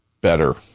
better